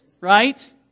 right